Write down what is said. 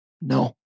no